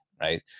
right